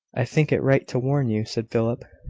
i think it right to warn you, said philip,